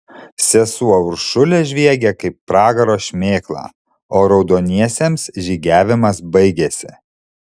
sesuo uršulė žviegė kaip pragaro šmėkla o raudoniesiems žygiavimas baigėsi